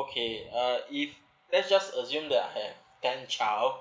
okay uh if let's just assume that I have ten child